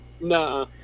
Nah